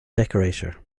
decorator